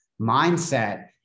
mindset